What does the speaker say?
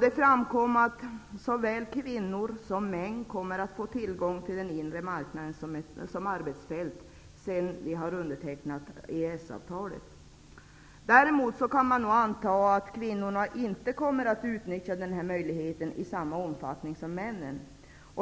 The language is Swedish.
Det framkom att såväl kvinnor som män kommer att få tillgång till den inre marknaden som arbetsfält, sedan Sverige har undertecknat EES avtalet. Däremot kan man nog anta att kvinnorna inte kommer att utnyttja den möjligheten i samma omfattning som männen.